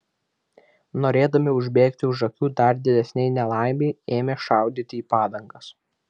norėdami užbėgti už akių dar didesnei nelaimei ėmė šaudyti į padangas